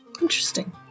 Interesting